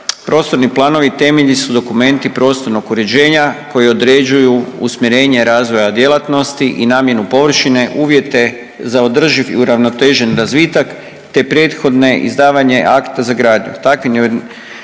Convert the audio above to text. Prostorni planovi temelji su dokumenti prostornog uređenja koje određuju usmjerenje razvoja djelatnosti i namjernu površine, uvjete za održiv i uravnotežen razvitak te prethodne izdavanje akta za gradnju.